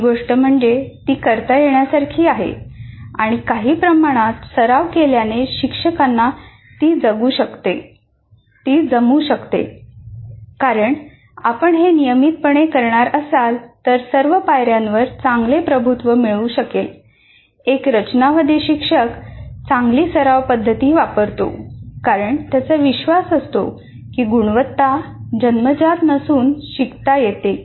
पहिली गोष्ट म्हणजे ती करता येण्यासारखी आहे आणि काही प्रमाणात सराव केल्याने शिक्षकांना ती जमू शकते एक रचनावादी शिक्षक चांगली सराव पद्धती वापरतो कारण त्याचा विश्वास असतो की गुणवत्ता जन्मजात नसून शिकता येते